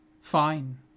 fine